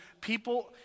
People